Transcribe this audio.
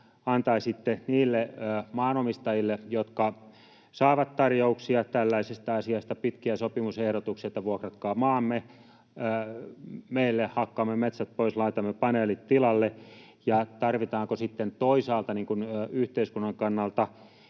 antaisitte niille maanomistajille, jotka saavat tarjouksia tällaisesta asiasta, pitkiä sopimusehdotuksia, että vuokratkaa maanne meille, hakkaamme metsät pois, laitamme paneelit tilalle. Tarvitaanko sitten toisaalta yhteiskunnan kannalta,